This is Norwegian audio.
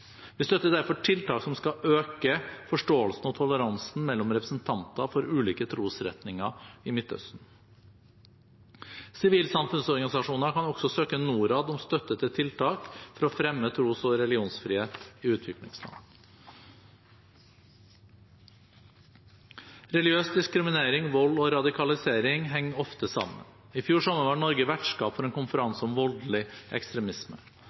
Vi støtter derfor tiltak som skal øke forståelsen og toleransen mellom representanter for ulike trosretninger i Midtøsten. Sivilsamfunnsorganisasjoner kan også søke Norad om støtte til tiltak for å fremme tros- og religionsfrihet i utviklingsland. Religiøs diskriminering, vold og radikalisering henger ofte sammen. I fjor sommer var Norge vertskap for en konferanse om voldelig ekstremisme.